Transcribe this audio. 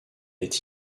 est